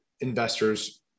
investors